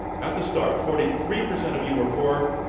at the start, forty three percent of you were for,